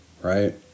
right